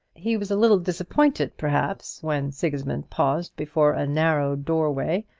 he was a little disappointed, perhaps, when sigismund paused before a narrow doorway,